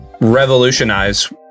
revolutionize